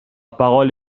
parole